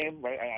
right